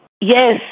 yes